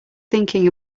thinking